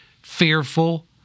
fearful